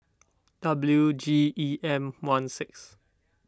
W G E M one six